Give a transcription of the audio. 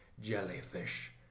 jellyfish